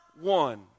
one